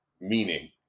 meaning